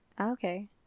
Okay